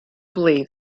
believed